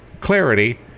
clarity